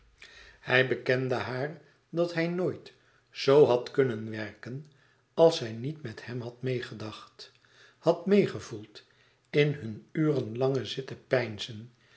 hij bekende haar dat hij nooit zoo had kunnen werken als zij niet met hem had meêgedacht had meêgevoeld in hun ure lange zitten